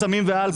סמים ואלכוהול.